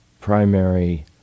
primary